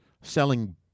selling